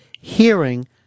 Hearing